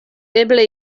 eble